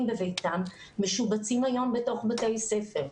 בביתם משובצים היום בתוך בתי ספר.